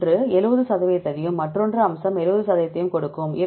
ஒன்று 70 சதவிகிதத்தையும் மற்றொரு அம்சம் 70 சதவிகிதத்தையும் கொடுக்கும்